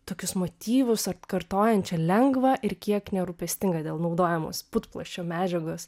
tokius motyvus atkartojančią lengvą ir kiek nerūpestingą dėl naudojamos putplasčio medžiagos